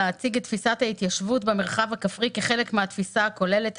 להציג את תפיסת ההתיישבות במרחב הכפרי כחלק מהתפיסה הכוללת,